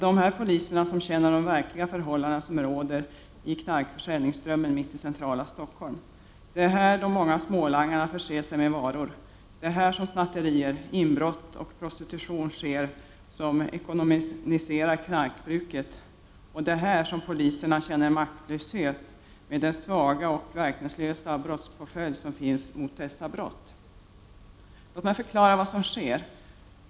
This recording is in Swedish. Det är dessa poliser som känner de verkliga förhållandena som råder i knarkförsäljningsströmmen mitt i centrala Stockholm.Det är här de många smålangarna förser sig med varor, det är här som snatterier, inbrott och prostitution sker som ekonomiserar knarkbruket. Och det är här som poliserna känner maktlöshet med den svaga och verkningslösa brottspåföljd som finns mot dessa brott. Låt mig förklara vad som sker.